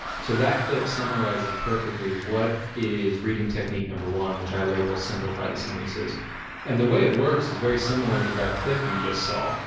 so that clip summarizes perfectly what is reading technique number one which i labels simplify the sentences and the way it works is very similar to that clip you just saw.